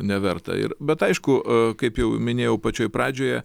neverta ir bet aišku kaip jau minėjau pačioj pradžioje